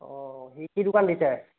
অঁ সি কি দোকান দিছে